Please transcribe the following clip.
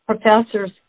professors